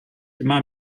immer